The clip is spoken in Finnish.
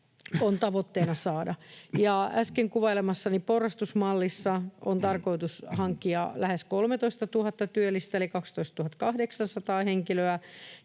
on tavoitteena saada. Äsken kuvailemassani porrastusmallissa on tarkoitus hankkia lähes 13 000 työllistä, eli 12 800 henkilöä,